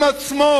עם עצמו